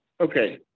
Okay